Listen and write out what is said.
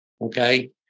Okay